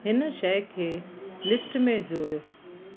हिन शइ खे लिस्ट में जोड़ियो